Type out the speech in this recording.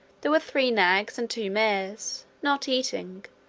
there were three nags and two mares, not eating,